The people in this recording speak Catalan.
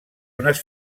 unes